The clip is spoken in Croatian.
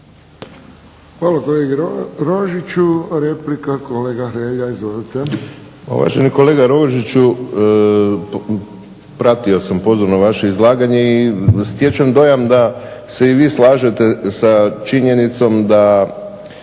Hvala kolegi Rožiću. Replika kolega Hrelja. Izvolite.